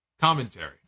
commentary